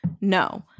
No